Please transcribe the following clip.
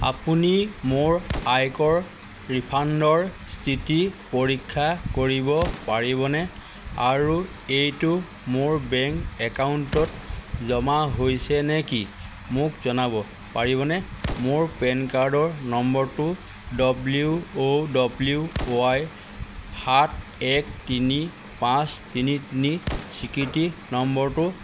আপুনি মোৰ আয়কৰ ৰিফাণ্ডৰ স্থিতি পৰীক্ষা কৰিব পাৰিবনে আৰু এইটো মোৰ বেংক একাউণ্টত জমা হৈছে নেকি মোক জনাব পাৰিবনে মোৰ পেন কাৰ্ডৰ নম্বৰটো ডব্লিউ অ' ডব্লিউ ৱাই সাত এক তিনি পাঁচ তিনি তিনি স্বীকৃতি নম্বৰটো